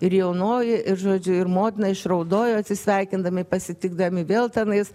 ir jaunoji ir žodžiu ir motina išraudojo atsisveikindami pasitikdami vėl tenais